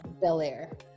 bel-air